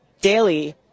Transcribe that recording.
daily